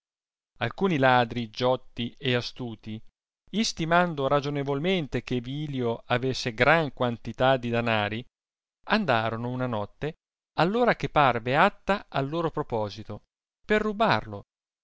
alcuni ladri giotti e astuti istimando ragionevolmente che vilio avesse gran quantità di danari andarono una notte all ora che parve atta al loro proposito per rubl